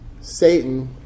Satan